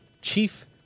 chief